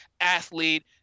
athlete